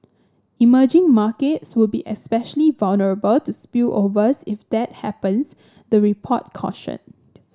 emerging markets would be especially vulnerable to spillovers if that happens the report cautioned